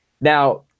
Now